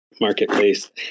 marketplace